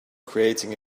creating